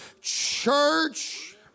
church